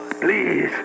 Please